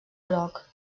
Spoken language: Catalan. groc